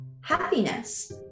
happiness